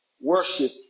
worship